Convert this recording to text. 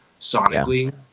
sonically